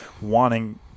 wanting